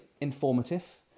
informative